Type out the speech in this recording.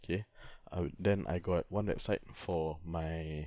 okay ah then I got one website for my